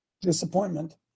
Disappointment